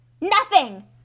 Nothing